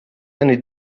eine